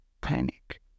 panic